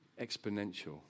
exponential